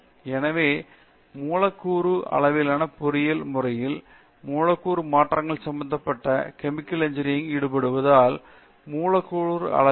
எனவே மூலக்கூறு அளவிலான பொறியியல் முறையில் மூலக்கூறு மாற்றங்கள் சம்பந்தப்பட்ட கெமிக்கல் இன்ஜினியரிங் ல் ஈடுபடுவதால் மூலக்கூறு அளவிலிருந்து எழும்